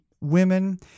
women